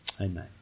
Amen